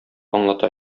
аңлата